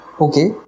Okay